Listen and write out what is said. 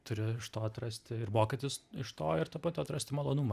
turi atrasti ir mokytis iš to ir tuo pat atrasti malonumą